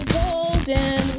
golden